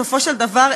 בסופו של דבר,